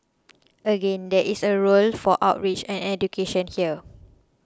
again there is a roles for outreach and education here